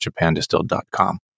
japandistilled.com